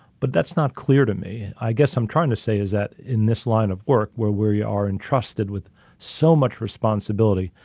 but that's not clear to me, i guess i'm trying to say is that in this line of work where where we are entrusted with so much responsibility,